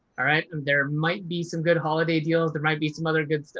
all right, there might be some good holiday deals, there might be some other good stuff.